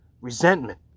resentment